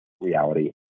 reality